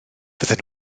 fydden